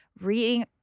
reading—